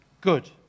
good